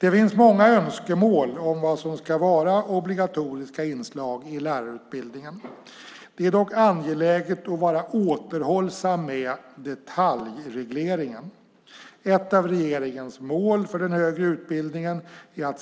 Det finns många önskemål om vad som ska vara obligatoriska inslag i lärarutbildningen. Det är dock angeläget att vara återhållsam med detaljregleringen. Ett av regeringens mål för den högre utbildningen är